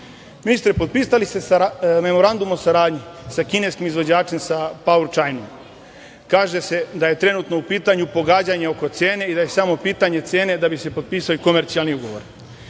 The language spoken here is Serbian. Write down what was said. Ministre, potpisali ste Memorandum o saradnji sa kineskim izvođačem, sa „Powerchina“. Kaže se da je trenutno u pitanju pogađanje oko cene i da je samo pitanje cene da bi se potpisao komercijalni ugovor. Koliko